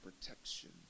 protection